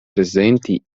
prezenti